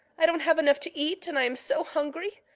i don't have enough to eat and i am so hungry.